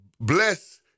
bless